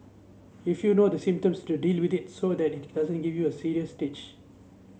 if you know the symptoms to deal with it so that it doesn't give you a serious stage